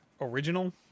original